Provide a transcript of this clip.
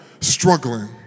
struggling